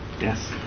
Yes